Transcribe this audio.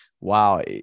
wow